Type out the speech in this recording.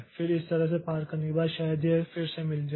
फिर इस तरह से पार करने के बाद शायद यह फिर से मिल जाए